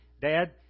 Dad